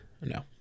No